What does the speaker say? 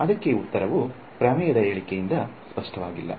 ಅದಕ್ಕೆ ಉತ್ತರವು ಪ್ರಮೇಯದ ಹೇಳಿಕೆಯಿಂದ ಸ್ಪಷ್ಟವಾಗಿಲ್ಲ